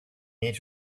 need